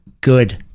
good